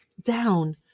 down